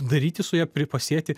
daryti su ja pri pasėti